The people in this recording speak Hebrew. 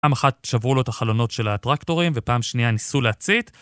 פעם אחת שברו לו את החלונות של הטרקטורים ופעם שנייה ניסו להצית